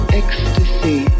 ecstasy